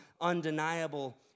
undeniable